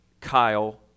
Kyle